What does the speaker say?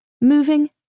moving